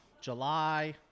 July